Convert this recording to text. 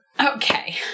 okay